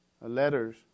letters